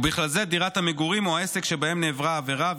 ובכלל זה דירת המגורים או העסק שבהם נעברה העבירה,